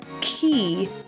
key